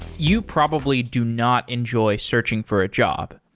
you probably do not enjoy searching for a job.